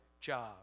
job